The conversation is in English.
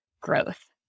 growth